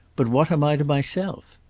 but what am i to myself?